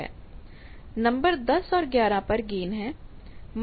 number 10 और 11 पर gain है